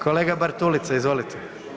Kolega BArtulica, izvolite.